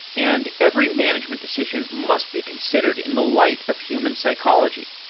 and every management decision must be considered in the light of human psychology.